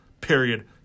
period